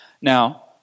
Now